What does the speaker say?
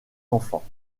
enfants